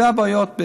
אלה הבעיות.